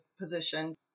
position